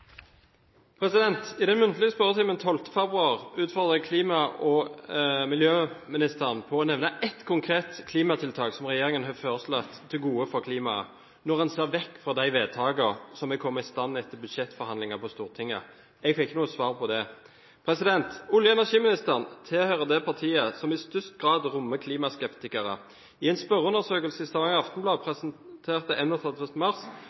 I den muntlige spørretimen 12. februar i år utfordret jeg klima- og miljøministeren på å nevne ett konkret klimatiltak som regjeringen har foreslått til gode for klimaet, når en ser vekk fra de vedtakene som er kommet i stand etter budsjettforhandlinger på Stortinget. Jeg fikk ikke noe svar på det. Olje- og energiministeren tilhører det partiet som i størst grad rommer klimaskeptikere. I en spørreundersøkelse i Stavanger Aftenblad, presentert 31. mars,